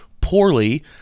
poorly